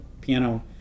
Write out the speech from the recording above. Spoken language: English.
piano